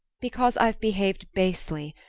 because i've behaved basely,